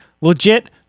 legit